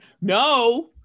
no